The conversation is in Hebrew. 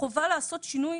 חובה לעשות שינוי